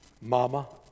Mama